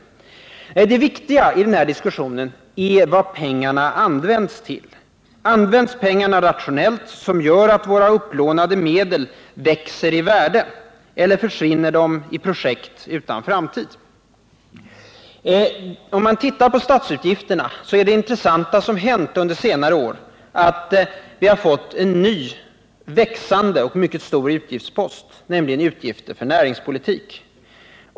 Nej, det viktiga i den här diskussionen är vad pengarna används till. Används pengarna rationellt, så att våra upplånade medel växer i värde, eller försvinner de i projekt utan framtid? Om vi tittar på statsutgifterna, finner vi att det intressanta som hänt under senare år är att vi har fått en ny, växande och mycket stor utgiftspost, nämligen utgifter för näringspolitiken.